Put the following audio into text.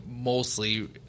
mostly